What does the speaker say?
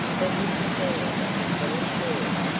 but mrs. dan was very sure.